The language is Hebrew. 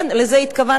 כן, לזה התכוונת.